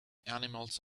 animals